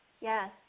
Yes